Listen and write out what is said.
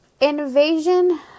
invasion